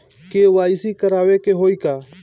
KYC करावे के होई का?